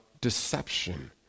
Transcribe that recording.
deception